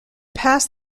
past